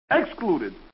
excluded